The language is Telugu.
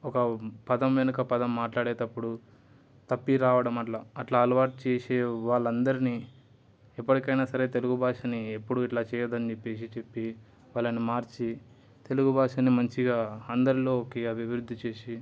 ఒక పదం వెనక పదం మాట్లాడేటప్పుడు తప్పిరావడం అట్ల అట్ల అలవాటు చేసే వాళ్ళందరినీ ఎప్పటికైనా సరే తెలుగు భాషని ఎప్పుడు ఇట్లా చెయ్యద్దని చెప్పేసి చెప్పి వాళ్ళని మార్చి తెలుగు భాషని మంచిగా అందరిలోకి అభివృద్ధి చేసి